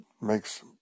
makes